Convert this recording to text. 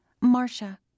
Marcia